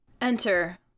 Enter